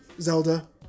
zelda